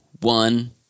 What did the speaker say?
One